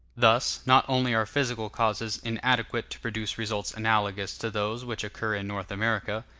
thus, not only are physical causes inadequate to produce results analogous to those which occur in north america,